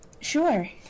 Sure